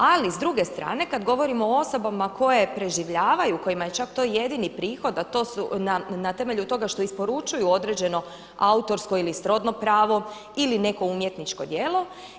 Ali s druge strane kad govorimo o osobama koje preživljavaju, kojima je čak to jedini prihod a to su na temelju toga što isporučuju određeno autorsko ili srodno pravo ili neko umjetničko djelo.